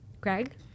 Greg